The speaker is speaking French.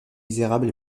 misérable